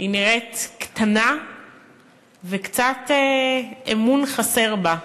היא נראית קטנה וקצת אמון חסר בה.